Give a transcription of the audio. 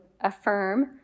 affirm